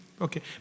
okay